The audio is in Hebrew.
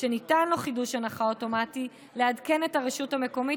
שניתן לו חידוש הנחה אוטומטי לעדכן את הרשות המקומית